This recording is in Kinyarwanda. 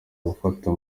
gufata